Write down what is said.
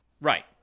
Right